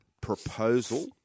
proposal